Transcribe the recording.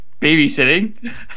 Babysitting